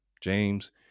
James